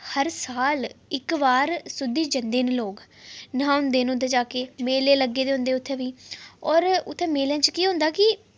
हर साल इक बार सुद्धी जंदे न लोक न्हौंदे न उद्धर जाइयै मेले लग्गे दे होंदे उत्थै बी और उत्थै मेले च केह् होंदा कि